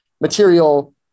Material